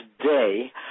today